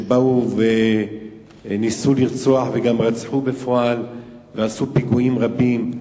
שבאו וניסו לרצוח וגם רצחו ועשו פיגועים רבים,